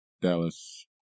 Dallas